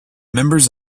members